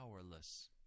powerless